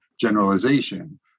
generalization